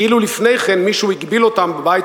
כאילו לפני כן מישהו הגביל אותם בבית